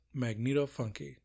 MagnetoFunky